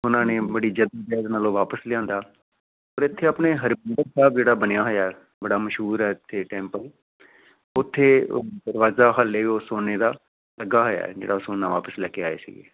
ਉਹਨਾਂ ਨੇ ਬੜੀ ਯਤਨਾਂ ਦੇ ਨਾਲ਼ ਉਹ ਵਾਪਸ ਲਿਆਉਂਦਾ ਪਰ ਇੱਥੇ ਆਪਣੇ ਹਰਿਮੰਦਰ ਸਾਹਿਬ ਜਿਹੜਾ ਬਣਿਆ ਹੋਇਆ ਬੜਾ ਮਸ਼ਹੂਰ ਹੈ ਇੱਥੇ ਟੈਂਪਲ ਉੱਥੇ ਦਰਵਾਜ਼ਾ ਹਲੇ ਉਹ ਸੋਨੇ ਦਾ ਲੱਗਾ ਹੋਇਆ ਜਿਹੜਾ ਸੋਨਾ ਵਾਪਸ ਲੈ ਕੇ ਆਏ ਸੀਗੇ